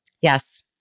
Yes